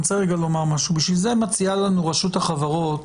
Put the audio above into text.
רשות החברות